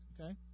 Okay